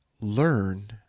learn